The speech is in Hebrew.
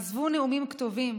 עזבו נאומים כתובים,